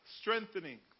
strengthening